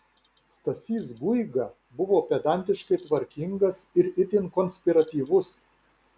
stasys guiga buvo pedantiškai tvarkingas ir itin konspiratyvus